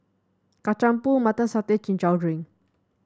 Kacang Pool Mutton Satay king chow drink